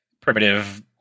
primitive